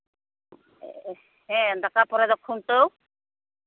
ᱦᱮᱸ ᱫᱟᱠᱟ ᱯᱚᱨᱮᱫᱚ ᱠᱷᱩᱱᱴᱟᱹᱣ